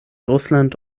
russland